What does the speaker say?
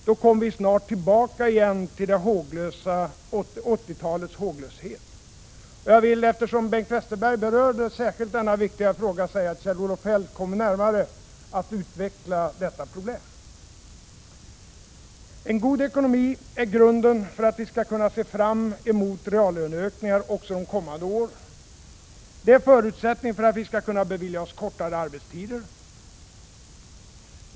Då kommer vi snart tillbaka till 80-talets håglöshet. Eftersom Bengt Westerberg särskilt berörde denna viktiga fråga, vill jag hänvisa till att Kjell-Olof Feldt kommer att utveckla detta problem närmare. En god ekonomi är grunden för att vi skall kunna se fram emot reallöneökningar också de kommande åren. Den är förutsättningen för att vi skall kunna bevilja oss kortare arbetstider.